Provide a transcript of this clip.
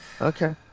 Okay